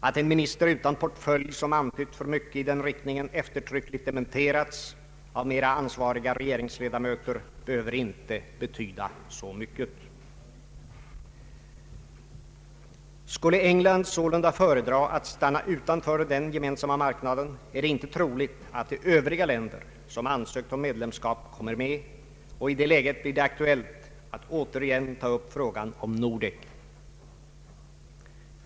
Att en minister utan portfölj, som antytt för mycket i den riktningen, eftertryckligt dementerats av mera ansvariga regeringsledamöter behöver inte betyda så mycket. Skulle England sålunda föredra att stanna utanför den Gemensamma marknaden, är det inte troligt att de övriga länder som ansökt om medlemskap kommer med, och i det läget blir det aktuellt att återigen ta upp frågan om Nordek.